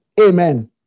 Amen